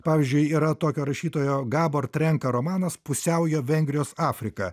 pavyzdžiui yra tokio rašytojo gabor trenka romanas pusiaujo vengrijos afrika